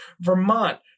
Vermont